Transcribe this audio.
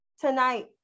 tonight